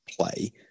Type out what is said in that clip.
play